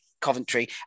Coventry